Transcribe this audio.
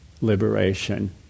liberation